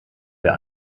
wer